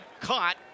caught